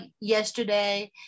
yesterday